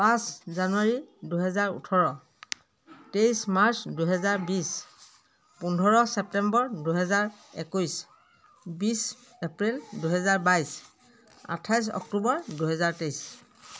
পাঁচ জানুৱাৰী দুহেজাৰ ওঠৰ তেইছ মাৰ্চ দুহেজাৰ বিছ পোন্ধৰ ছেপ্তেম্বৰ দুহেজাৰ একৈছ বিছ এপ্ৰিল দুহেজাৰ বাইছ আঠাইছ অক্টোবৰ দুহেজাৰ তেইছ